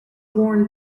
worn